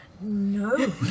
No